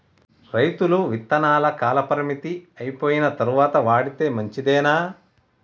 రైతులు విత్తనాల కాలపరిమితి అయిపోయిన తరువాత వాడితే మంచిదేనా?